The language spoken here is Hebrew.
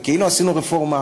וכאילו עשינו רפורמה,